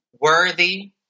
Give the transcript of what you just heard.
worthy